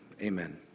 Amen